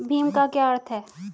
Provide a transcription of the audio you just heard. भीम का क्या अर्थ है?